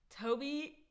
Toby